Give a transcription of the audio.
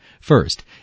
First